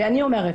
מה אמרת